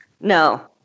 No